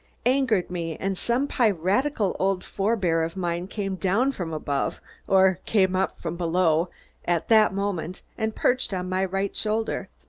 angered me and some piratical old forebear of mine came down from above or came up from below at that moment and perched on my right shoulder.